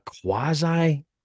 quasi